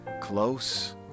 close